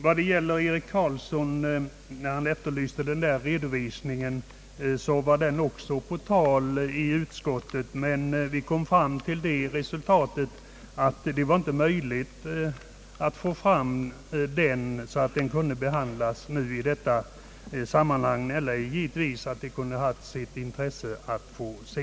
Herr Eric Carlsson efterlyste redovisningen och den var också på tal i utskottet, men vi kom till resultatet att det inte var möjligt att få fram den så att den kunde behandlas i detta sammanhang. Annars kunde detta givetvis ha haft sitt intresse.